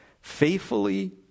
faithfully